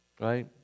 Right